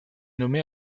nommée